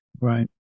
Right